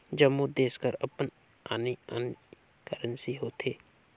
जम्मो देस कर अपन आने आने करेंसी होथे